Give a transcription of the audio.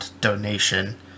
donation